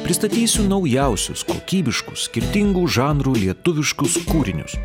pristatysiu naujausius kokybiškus skirtingų žanrų lietuviškus kūrinius